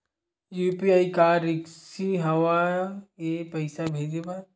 UPI का रिसकी हंव ए पईसा भेजे बर?